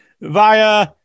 via